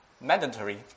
mandatory